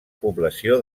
població